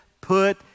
Put